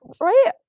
right